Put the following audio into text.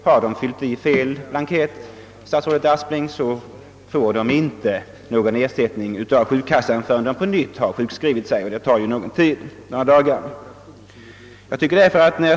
Har de fyllt i fel kolumn, herr statsråd, får de ingen ersättning från sjukkassan förrän de på nytt sjukskrivit sig, och det tar ju några dagar.